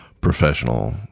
professional